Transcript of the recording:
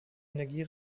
energie